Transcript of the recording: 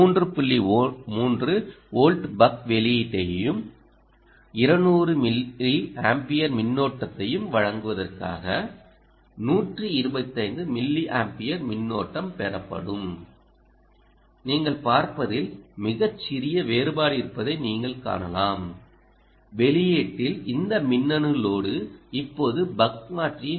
3 volt buck வெளியீட்டையும் 200 milliampere மின்னோட்டத்தையும் வழங்குவதற்காக 125 மில்லி ஆம்பியர் மின்னோட்டம் பெறப்ப்படும் நீங்கள் பார்ப்பதில் மிகச் சிறிய வேறுபாடு இருப்பதை நீங்கள் காணலாம் வெளியீட்டில் இந்த மின்னணு லோடு இப்போது பக் மாற்றியின்